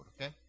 okay